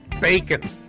bacon